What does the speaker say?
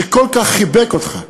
שכל כך חיבק אותך,